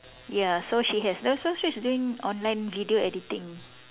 ya so she has and also she's doing online video editing